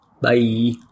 Bye